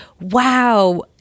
wow